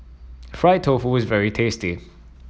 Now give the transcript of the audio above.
Fried Tofu is very tasty